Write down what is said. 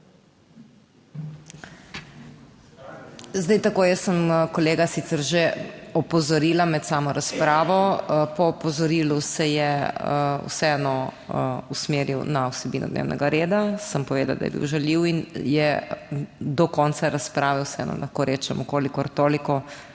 Zdaj tako, jaz sem kolega sicer že opozorila med samo razpravo. Po opozorilu se je vseeno usmeril na vsebino dnevnega reda. Sem povedala, da je bil žaljiv, in je do konca razprave vseeno, lahko rečem, kolikor toliko